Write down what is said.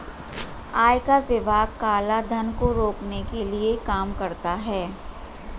आयकर विभाग काला धन को रोकने के लिए काम करता है